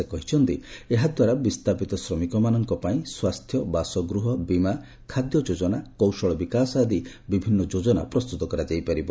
ସେ କହିଛନ୍ତି ଏହାଦ୍ୱାରା ବିସ୍ତାପିତ ଶ୍ରମିକମାନଙ୍କ ପାଇଁ ସ୍ୱାସ୍ଥ୍ୟ ବାସଗୃହ ବୀମା ଖାଦ୍ୟ ଯୋଜନା କୌଶଳ ବିକାଶ ଆଦି ବିଭିନ୍ନ ଯୋଜନା ପ୍ରସ୍ତୁତ କରାଯାଇପାରିବ